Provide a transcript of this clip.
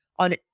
on